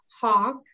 Hawk